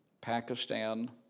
Pakistan